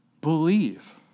Believe